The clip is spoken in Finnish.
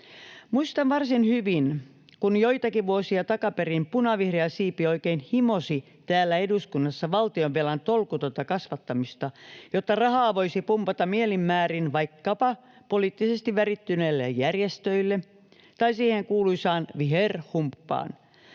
Muistan varsin hyvin, kun joitakin vuosia takaperin punavihreä siipi oikein himoitsi täällä eduskunnassa valtionvelan tolkutonta kasvattamista, jotta rahaa voisi pumpata mielin määrin vaikkapa poliittisesti värittyneille järjestöille tai siihen kuuluisaan viherhumppaan.